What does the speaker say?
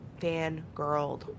fangirled